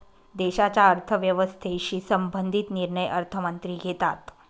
देशाच्या अर्थव्यवस्थेशी संबंधित निर्णय अर्थमंत्री घेतात